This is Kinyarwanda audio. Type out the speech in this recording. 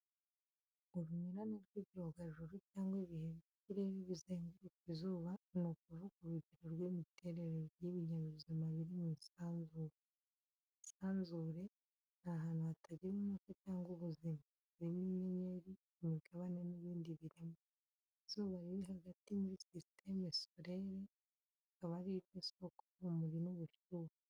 Urunyurane rw’ibyogajuru cyangwa ibihe by’ikirere bizenguruka izuba, ni ukuvuga urugero rw’imiterere y’ibinyabuzima biri mu isanzure. Isanzure ni hantu hatagira umwuka cyangwa ubuzima, harimo inyenyeri, imigabane n’ibindi biremwa. Izuba riri hagati muri système solaire, rikaba ari ryo soko y’urumuri n’ubushyuhe.